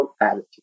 attitude